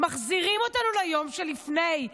מחזירים אותנו ליום שלפני.